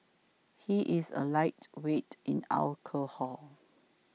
he is a lightweight in alcohol